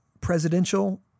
presidential